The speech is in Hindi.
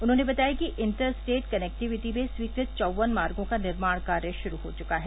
उन्होंने बताया कि इंटर स्टेट कनेक्टिविटी में स्वीकृत चौवन मार्गो का निर्माण कार्य श्रू हो चुका है